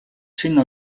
шинэ